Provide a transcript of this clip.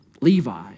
Levi